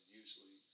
usually